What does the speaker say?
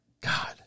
God